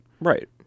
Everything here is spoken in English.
Right